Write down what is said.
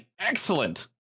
Excellent